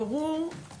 אנחנו דנים בזה.